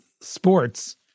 sports